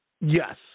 Yes